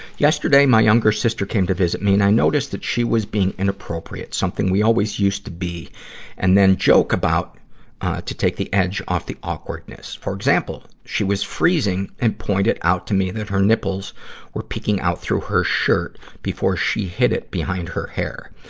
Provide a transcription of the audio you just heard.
yesterday my younger sister came to visit me, and i noticed she was being inappropriate something we always used to be and then joke about it to take the edge off the awkwardness. for example, she was freezing and pointed out to me that her nipples were peeking out through her shirt before she hid it behind her hair.